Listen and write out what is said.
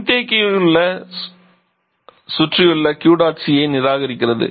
மின்தேக்கியில் சுற்றியுள்ள Q dot C ஐ நிராகரிக்கிறது